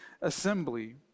assembly